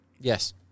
Yes